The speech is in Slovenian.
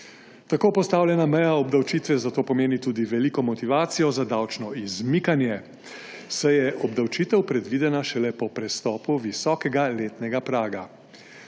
Tako postavljena meja obdavčitve zato pomeni tudi veliko motivacijo za davčno izmikanje, saj je obdavčitev predvidena šele po prestopu visokega letnega praga.